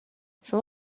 شما